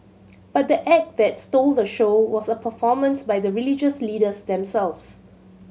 but the act that stole the show was a performance by the religious leaders themselves